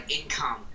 income